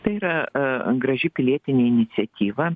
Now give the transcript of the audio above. tai yra graži pilietinė iniciatyva